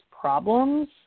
problems